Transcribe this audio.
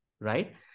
right